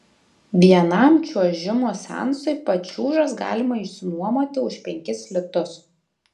vienam čiuožimo seansui pačiūžas galima išsinuomoti už penkis litus